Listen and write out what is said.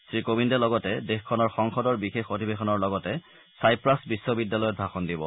শ্ৰীকোবিন্দে লগতে দেশখনৰ সংসদৰ বিশেষ অধিৱেশনৰ লগতে ছাইপ্ৰাছ বিশ্ববিদ্যালয়ত ভাষণ দিব